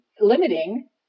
limiting